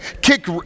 kick